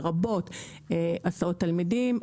לרבות הסעות תלמידים,